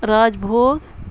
راج بھوگ